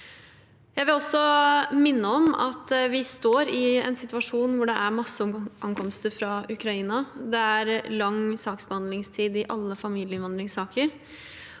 Jeg vil også minne om at vi står i en situasjon med masseankomster fra Ukraina. Det er lang saksbehandlingstid i alle familieinnvandringssaker.